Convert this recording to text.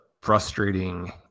frustrating